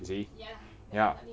you see ya